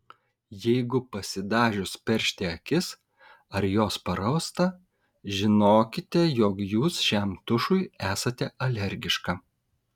jeigu pasidažius peršti akis ar jos parausta žinokite jog jūs šiam tušui esate alergiška